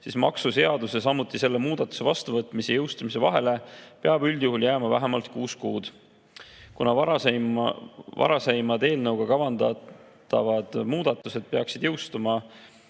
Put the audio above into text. peab maksuseaduse ja samuti selle muudatuse vastuvõtmise ja jõustumise vahele üldjuhul jääma vähemalt kuus kuud. Kuna varaseimad eelnõuga kavandatavad muudatused peaksid jõustuma